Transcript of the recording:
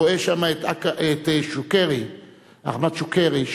רואה שם את אחמד שוקיירי,